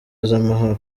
z’amahoro